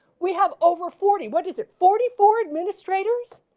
we have over forty what is it forty four administrators.